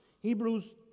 Hebrews